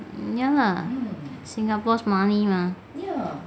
ya lah singapore's money mah